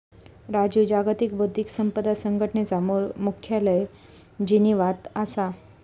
राजू जागतिक बौध्दिक संपदा संघटनेचा मुख्यालय जिनीवात असा